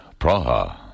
Praha